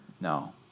no